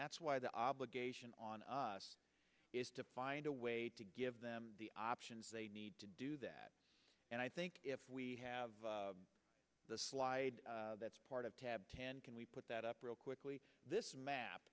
that's why the obligation on us is to find a way to give them the options they need to do that and i think if we have the slide that's part of can we put that up real quickly this map